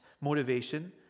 motivation